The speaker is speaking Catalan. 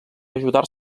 ajudar